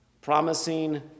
Promising